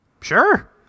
Sure